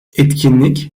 etkinlik